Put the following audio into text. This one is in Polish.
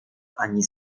ani